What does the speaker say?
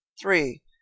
Three